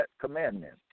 commandment